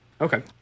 Okay